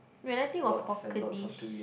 when I think of hawker dish